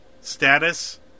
Status